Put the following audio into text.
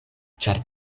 ĉar